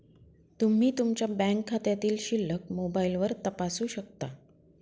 तुम्ही तुमच्या बँक खात्यातील शिल्लक मोबाईलवर तपासू शकता